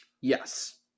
Yes